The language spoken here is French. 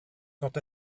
quant